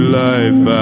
life